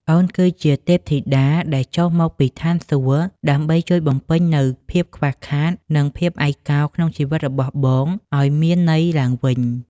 អូនគឺជាទេពធីតាដែលចុះមកពីឋានសួគ៌ ដើម្បីជួយបំពេញនូវភាពខ្វះខាត និងភាពឯកោក្នុងជីវិតរបស់បងឱ្យមានន័យឡើងវិញ។